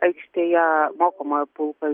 aikštėje mokomojo pulko